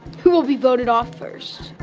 who will be voted off first?